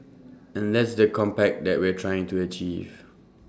and that's the compact that we're trying to achieve